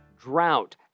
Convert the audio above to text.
drought